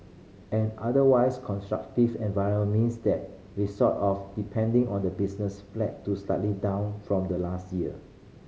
an otherwise constructive environment means that we sort of depending on the business flat to slightly down from the last year